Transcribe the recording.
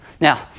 Now